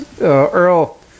Earl